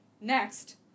next